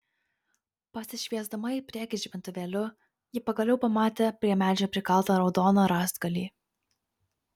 pasišviesdama į priekį žibintuvėliu ji pagaliau pamatė prie medžio prikaltą raudoną rąstgalį